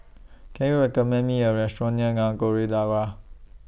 Can YOU recommend Me A Restaurant near Nagore Dargah